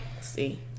see